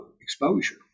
exposure